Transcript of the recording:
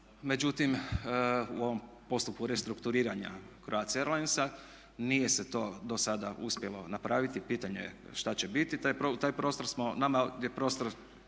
međutim u ovom postupku restrukturiranja Croatia airlinesa nije se to do sada uspjelo napraviti. Pitanje je šta će biti. Taj prostor smo, nama je prostor